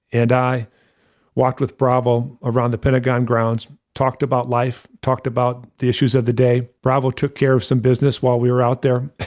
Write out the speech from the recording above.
and i walked with bravo around the pentagon grounds, talked about life, talked about the issues of the day, bravo took care of some business while we were out there